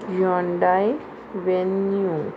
Hyundai venue